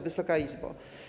Wysoka Izbo!